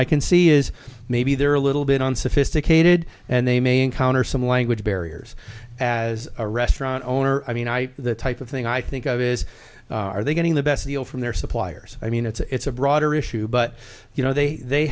i can see is maybe they're a little bit on sophisticated and they may encounter some language barriers as a restaurant owner i mean i the type of thing i think of is are they getting the best deal from their suppliers i mean it's a broader issue but you know they they